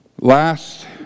Last